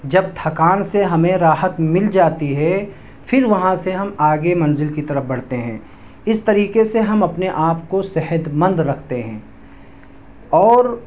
جب تھکان سے ہمیں راحت مل جاتی ہے پھر وہاں سے ہم آگے منزل کی طرف بڑھتے ہیں اس طریقے سے ہم اپنے آپ کو صحتمند رکھتے ہیں اور